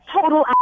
Total